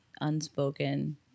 unspoken